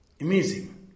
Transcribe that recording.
Amazing